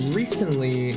recently